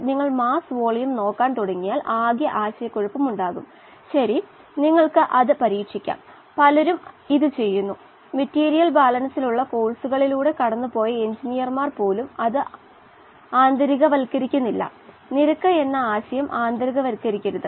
നമ്മുടെ സിസ്റ്റത്തിൽ ഓക്സിജൻ ഉൽപ്പാദിപ്പിക്കുന്ന ഒരു പ്രതിപ്രവർത്തനവും ഇല്ല എന്ന് നമുക്ക് അനുമാനിക്കാം ഇപ്പോൾ നമുക്ക് ഉപഭോഗം നിലനിർത്താം ഒപ്പം ഓക്സിജന്റെ മാസ്സ് അളക്കാവുന്ന ഓക്സിജൻ ഗാഢതയുടെ അടിസ്ഥാനത്തിൽ എഴുതാം